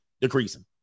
decreasing